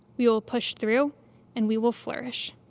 we will push through and we will flourish.